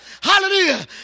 Hallelujah